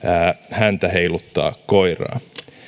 häntä heiluttaa koiraa